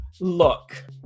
look